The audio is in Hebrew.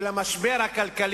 אם אלה הם החברים שלך,